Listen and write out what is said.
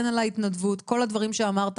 הן על ההתנדבות וכל הדברים שאמרת